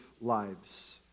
lives